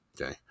Okay